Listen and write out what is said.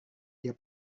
dia